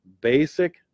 basic